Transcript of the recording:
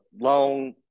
long